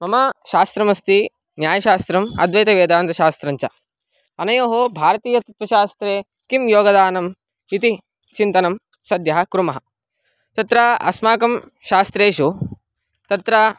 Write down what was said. मम शास्त्रमस्ति न्यायशास्त्रम् अद्वैतवेदान्तशास्त्रञ्च अनयोः भारतीयतत्त्वशास्त्रे किं योगदानम् इति चिन्तनं सद्यः कुर्मः तत्र अस्माकं शास्त्रेषु तत्र